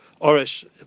Orish